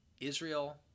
Israel